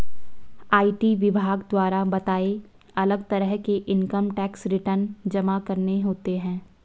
IT विभाग द्वारा बताए, अलग तरह के इन्कम टैक्स रिटर्न जमा करने होते है